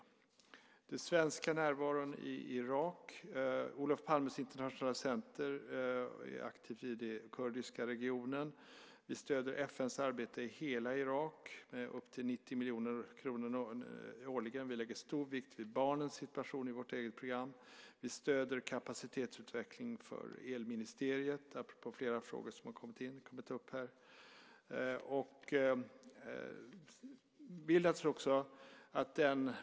När det gäller den svenska närvaron i Irak är Olof Palmes Internationella Centrum aktivt i den kurdiska regionen. Vi stöder FN:s arbete i hela Irak med upp till 90 miljoner kronor årligen, och i vårt eget program lägger vi stor vikt vid barnens situation. Vi stöder även kapacitetsutvecklingen för elministeriet, apropå flera frågor som kommit upp här.